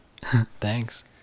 thanks